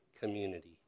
community